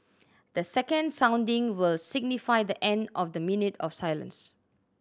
the second sounding will signify the end of the minute of silence